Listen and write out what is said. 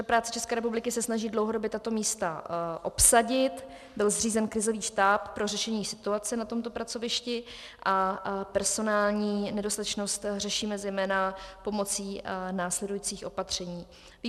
Úřad práce České republiky se snaží dlouhodobě tato místa obsadit, byl zřízen krizový štáb pro řešení situace na tomto pracovišti a personální nedostatečnost řešíme zejména pomocí následujících opatření.